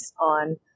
On